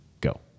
go